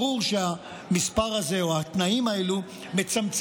ברור שהמספר הזה או התנאים האלו מצמצמים